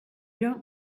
don’t